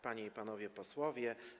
Panie i Panowie Posłowie!